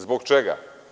Zbog čega?